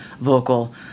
vocal